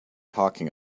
talking